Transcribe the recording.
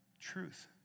truth